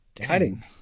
Cutting